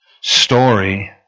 story